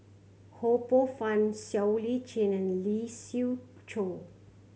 Ho Poh Fun Siow Lee Chin and Lee Siew Choh